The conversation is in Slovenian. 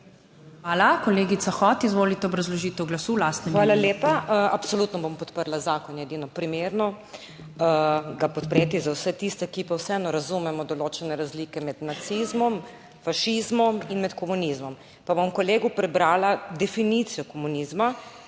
Hvala. Kolegica Hot, izvolite obrazložitev glasu v lastnem imenu. MAG. MEIRA HOT (PS SD): Hvala lepa. Absolutno bom podprla zakon, je edino primerno ga podpreti. Za vse tiste, ki pa vseeno razumemo določene razlike med nacizmom, fašizmom in med komunizmom, pa bom kolegu prebrala definicijo komunizma.